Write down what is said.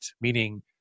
meaning